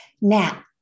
Now